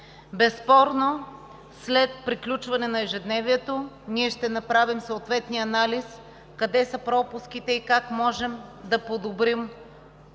Безспорно след приключване на ежедневието ще направим съответния анализ къде са пропуските и как можем да подобрим